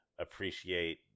appreciate